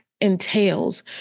entails